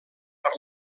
per